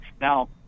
Now